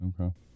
okay